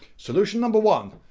solution number one.